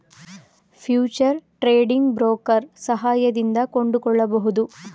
future trading broker ಸಹಾಯದಿಂದ ಕೊಂಡುಕೊಳ್ಳಬಹುದು